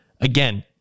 Again